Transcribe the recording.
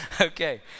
Okay